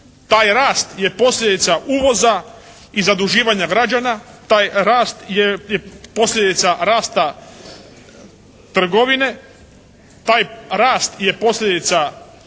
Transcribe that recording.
taj rast je posljedica uvoza i zaduživanja građana, taj rast je posljedica rasta trgovine, taj rast je posljedica